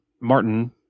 Martin